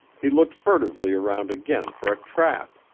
he looked furtively around again for a trap,